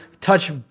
touch